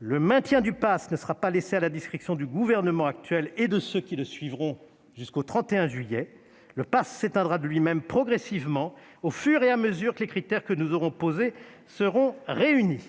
Le maintien de ce passe ne sera pas laissé à la discrétion du Gouvernement actuel et de ceux qui le suivront jusqu'au 31 juillet, puisque le passe s'éteindra de lui-même progressivement au fur et à mesure que les critères que nous aurons posés seront réunis.